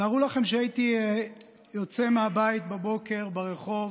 תארו לעצמכם שהייתי יוצא מהבית בבוקר לרחוב,